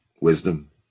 Wisdom